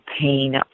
pain